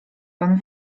pan